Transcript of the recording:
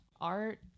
art